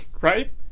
right